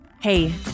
Hey